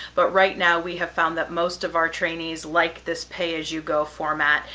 but right now, we have found that most of our trainees like this pay as you go format.